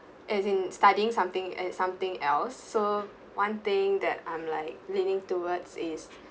as in studying something e~ something else so one thing that I'm like leaning towards is